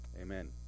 Amen